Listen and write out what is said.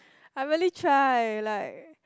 I really try like